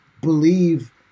believe